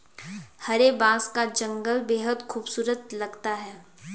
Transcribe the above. हरे बांस का जंगल बेहद खूबसूरत लगता है